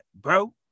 bro